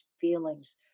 feelings